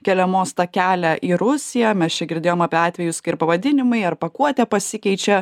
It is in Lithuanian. keliamos tą kelią į rusiją mes čia girdėjom apie atvejus kai ir pavadinimai ar pakuotė pasikeičia